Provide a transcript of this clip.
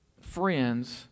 friends